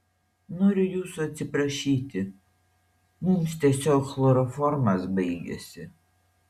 noriu jūsų atsiprašyti mums tiesiog chloroformas baigėsi